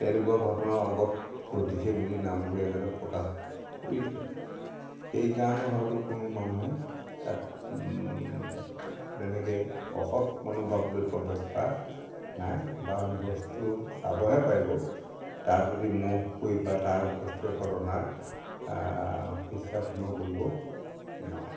তেনেকুৱা ঘটনা আগত ঘটিছে বুলি নামঘৰীয়া এজনে প্ৰকাশ কৰিছে সেইকাৰণে হয়তো কোনো মানুহে তাত তেনেকৈ অসৎ মনুভাৱলৈ প্ৰৱেশ কৰা নাই বা বস্তু চাবহে পাৰিব তাৰ প্ৰতি মোহ কৰি বা তাৰ বস্তুৰ ওপৰত আমাৰ ইচ্ছা কোনো কৰিব নোৱাৰে